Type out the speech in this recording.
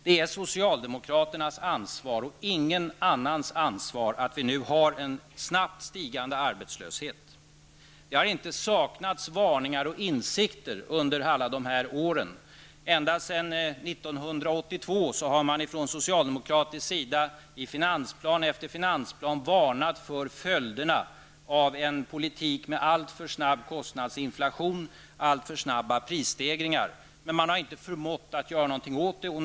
Det är socialdemokraternas, och ingen annans, ansvar att vi nu har en snabbt ökande arbetslöshet. Det har inte saknats varningar eller insikter under alla de här åren. Ända sedan 1982 har man från socialdemokratiskt håll i finansplan efter finansplan varnat för följderna av en politik med alltför snabb kostnadsinflation, alltför snabba prisstegringar. Men man har inte förmått att göra någonting åt detta.